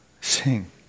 Sing